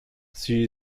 she